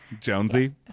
Jonesy